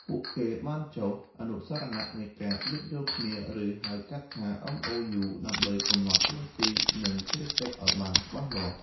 ពួកគេបានចុះអនុស្សរណៈនៃការយោគយល់គ្នា ឬ ហៅកាត់ថា MOU ដើម្បីកំណត់តួនាទី និងភារកិច្ចឱ្យបានច្បាស់លាស់។